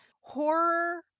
horror